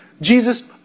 Jesus